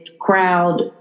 crowd